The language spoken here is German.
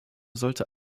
sollte